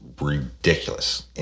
ridiculous